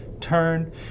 Turn